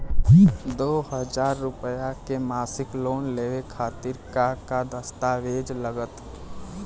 दो हज़ार रुपया के मासिक लोन लेवे खातिर का का दस्तावेजऽ लग त?